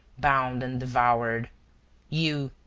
bound and devoured you,